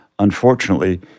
Unfortunately